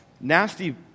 Nasty